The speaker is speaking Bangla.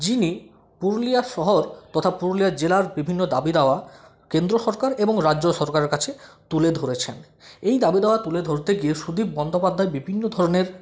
যিনি পুরুলিয়া শহর তথা পুরুলিয়া জেলার বিভিন্ন দাবি দাওয়া কেন্দ্র সরকার এবং রাজ্য সরকারের কাছে তুলে ধরেছেন এই দাবি দাওয়া তুলে ধরতে গিয়ে সুদীপ বন্দ্যোপাধ্যায় বিভিন্ন ধরণের